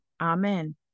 amen